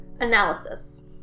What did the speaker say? Analysis